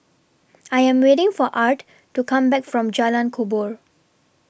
I Am waiting For Art to Come Back from Jalan Kubor